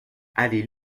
allée